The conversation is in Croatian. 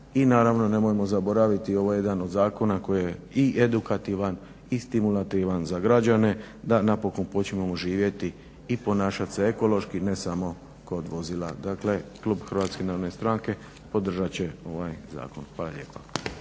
i naravno nemojmo zaboraviti ovo je jedan od zakona koji je i edukativan i stimulativan za građane da napokon počnemo živjeti i ponašati se ekološki ne samo kod vozila. Dakle klub Hrvatske narodne stranke podržat će ovaj zakon. Hvala lijepa.